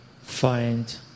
find